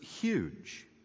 huge